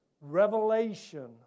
Revelation